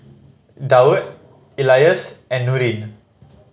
Daud Elyas and Nurin